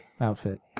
outfit